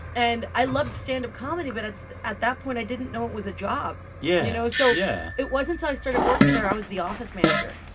and i loved stand-up comedy, but it's at that point, i didn't know it was a job yeah you know? so. yeah. it wasn't till i started working there i was the office manager.